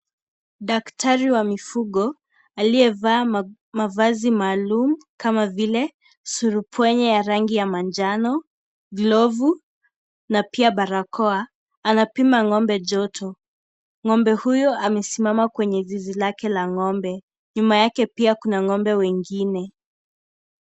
Daktari wa mifugo aliyevaa mavazi maalum kama vile surupwenye yenye rangi ya manjano glovu na pia barakoa anapima ng'ombe joto ng'ombe huyo amesimama kwenye zizi lake la ng'ombe nyuma yake pia kuna ng'ombe wengine.